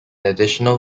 additional